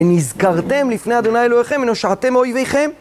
אם נזכרתם לפני אדוני אלוהיכם, ונושעתם מאויביכם.